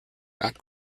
not